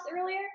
earlier